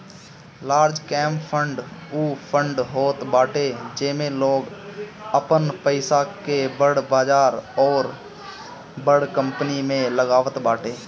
large cap fund उ fund होत बाटे जेमे लोग आपन पईसा के बड़ बजार अउरी बड़ कंपनी में लगावत बाटे